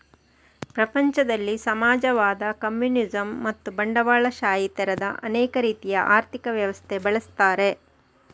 ಪ್ರಪಂಚದಲ್ಲಿ ಸಮಾಜವಾದ, ಕಮ್ಯುನಿಸಂ ಮತ್ತು ಬಂಡವಾಳಶಾಹಿ ತರದ ಅನೇಕ ರೀತಿಯ ಆರ್ಥಿಕ ವ್ಯವಸ್ಥೆ ಬಳಸ್ತಾರೆ